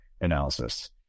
analysis